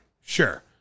Sure